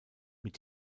mit